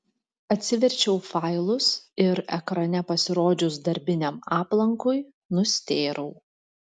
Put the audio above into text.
atsiverčiau failus ir ekrane pasirodžius darbiniam aplankui nustėrau